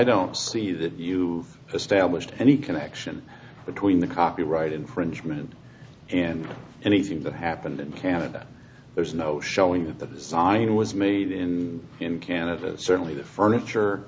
don't see that you established any connection between the copyright infringement and anything that happened in canada there's no showing that the sign was made in canada certainly the furniture